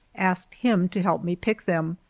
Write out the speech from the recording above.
asked him to help me pick them,